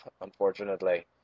unfortunately